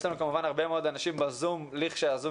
יש לנו הרבה מאוד אנשים בזום לכשהזום